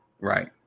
Right